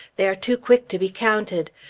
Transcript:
they are too quick to be counted.